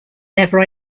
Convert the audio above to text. never